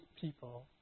people